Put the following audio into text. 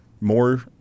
More